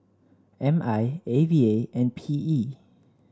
M I A V A and P E